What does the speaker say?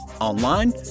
online